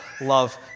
love